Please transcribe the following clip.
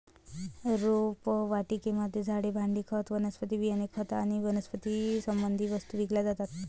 रोपवाटिकेमध्ये झाडे, भांडी, खत, वनस्पती बियाणे, खत आणि वनस्पतीशी संबंधित वस्तू विकल्या जातात